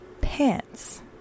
pants